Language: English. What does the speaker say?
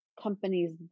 companies